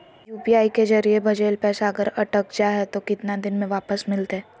UPI के जरिए भजेल पैसा अगर अटक जा है तो कितना दिन में वापस मिलते?